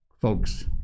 folks